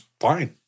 fine